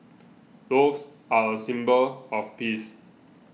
doves are a symbol of peace